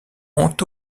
ont